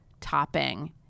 topping